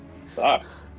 Sucks